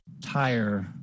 Tire